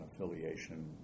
affiliation